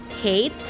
hate